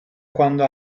quando